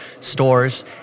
stores